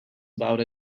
about